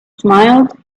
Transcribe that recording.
smiled